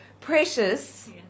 Precious